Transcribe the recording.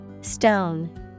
Stone